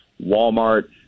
Walmart